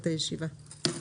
הישיבה ננעלה בשעה